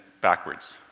backwards